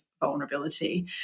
vulnerability